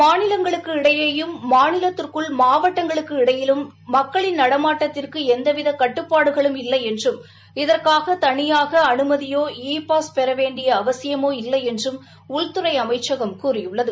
மாநிலங்களுக்கு இடையேயும் மாநிலத்திற்குள் மாவட்டங்களுக்கு இடையிலும் மக்களின் நடமாட்டத்திற்கு எந்தவித கட்டுப்பாடுகளும் இல்லை என்றும் இதற்காக தனியாக அனுமதியோ இ பாஸ் பெற வேண்டிய அவசியமோ இல்லை என்றும் உள்துறை அமைச்சகம் கூறியுள்ளது